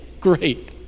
Great